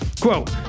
Quote